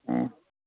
অঁ